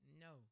No